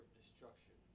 destruction